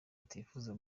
atifuza